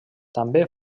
també